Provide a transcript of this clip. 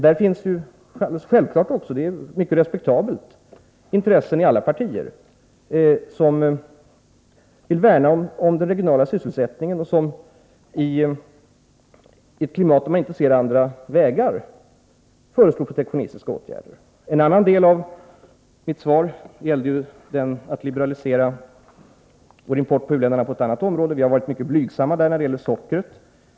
Det finns — det är självklart och det är mycket respektabelt - intressen i alla partier att värna om den regionala sysselsättningen, och i ett klimat där man inte kan se några andra vägar föreslås då protektionistiska åtgärder. En annan del av mitt svar gällde ju frågan om att liberalisera vår import från u-länderna på ett annat område. Vi har varit mycket blygsamma när det gäller sockret.